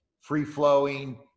free-flowing